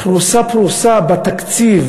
פרוסה-פרוסה בתקציב,